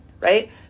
right